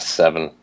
seven